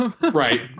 right